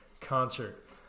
concert